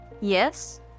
Yes